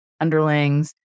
underlings